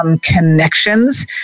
connections